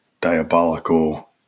diabolical